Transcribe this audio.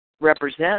represent